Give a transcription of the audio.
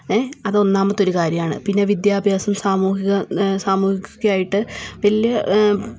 ഏ അത് ഒന്നാമത്തെ ഒരു കാര്യമാണ് പിന്നെ വിദ്യാഭ്യാസം സാമൂഹിക സാമൂഹികായിട്ട് വലിയ